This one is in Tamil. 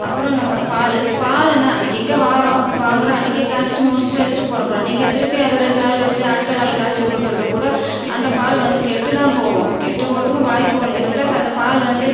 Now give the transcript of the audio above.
அப்புறம் நம்ம பால் பாலுன்னால் அன்றைக்கி எங்கே வாரோம் வாங்கறோம் அன்றைக்கே காய்ச்சிட்டு முடித்துட்டு வச்சுட்டு போய்விட போகிறோம் நீங்கள் திருப்பி அதை ரெண்டு நாள் வச்சு அடுத்த நாள் காய்ச்சி குடிக்கிறதுக் கூட அந்த பால் வந்து கெட்டுத்தான் போகும் கெட்டு போகிறதுக்கும் வாய்ப்பு உண்டு ப்ளஸ் அந்த பால் வந்து